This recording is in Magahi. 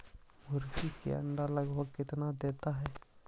मुर्गी के अंडे लगभग कितना देता है?